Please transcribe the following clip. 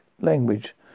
language